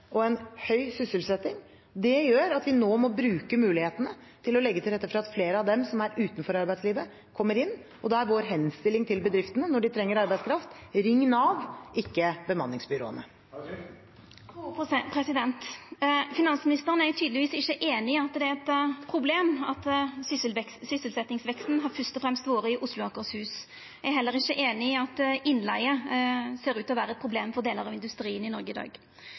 og høy sysselsetting. Det gjør at vi nå må bruke mulighetene til å legge til rette for at flere av dem som er utenfor arbeidslivet, kommer inn. Og da er vår henstilling til bedriftene når de trenger arbeidskraft: Ring Nav, ikke bemanningsbyråene. Hadia Tajik – til oppfølgingsspørsmål. Finansministeren er tydelegvis ikkje einig i at det er eit problem at sysselsetjingsveksten først og fremst har vore i Oslo og Akershus. Ho er heller ikkje einig i at innleige ser ut til å vera eit problem for delar av industrien i Noreg i dag.